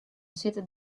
sitte